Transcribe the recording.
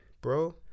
bro